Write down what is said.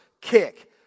kick